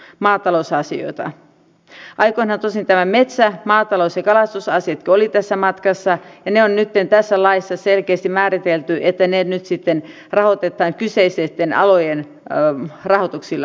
aikoinaan tosin nämä metsä maatalous ja kalastusasiatkin olivat tässä matkassa ja ne on nytten tässä laissa selkeästi määritelty että ne nyt sitten rahoitetaan kyseisten alojen rahoituksilla